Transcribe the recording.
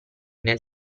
nel